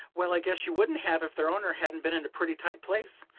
well, i guess you wouldn't have if their owner hadn't been in a pretty tight place.